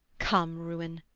come, ruin,